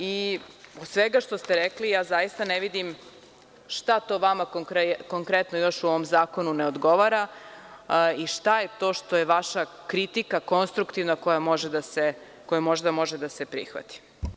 Iz svega što ste rekli, zaista ne vidim šta to vama konkretno u ovom zakonu još ne odgovara i šta je to što je vaša konstruktivna kritika koja možda može da se prihvati.